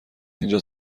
اینجا